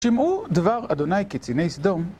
שימעו דבר אדוני, קציני סדום.